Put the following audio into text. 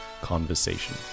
conversation